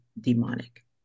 demonic